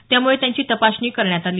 त्यामुळे त्यांची तपासणी करण्यात आली